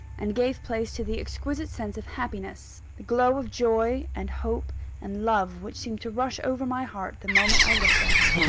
and gave place to the exquisite sense of happiness, the glow of joy and hope and love which seemed to rush over my heart, the moment i looked at her.